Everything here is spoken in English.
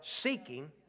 seeking